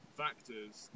factors